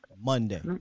Monday